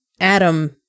Adam